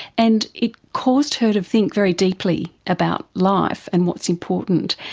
and it caused her to think very deeply about life and what's important.